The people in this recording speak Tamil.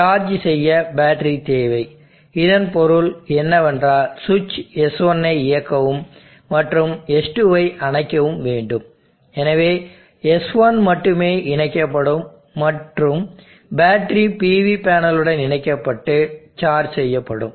எனவே சார்ஜ் செய்ய பேட்டரி தேவை இதன் பொருள் என்னவென்றால் ஸ்விட்ச் S1 ஐ இயக்கவும் மற்றும் S2ஐ அணைக்கவும் வேண்டும் எனவே S1 மட்டுமே இணைக்கப்படும் மற்றும் பேட்டரி PV பேனலுடன் இணைக்கப்பட்டு சார்ஜ் செய்யப்படும்